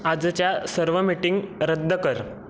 आजच्या सर्व मिटिंग रद्द कर